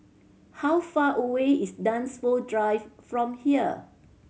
how far away is Dunsfold Drive from here